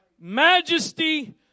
majesty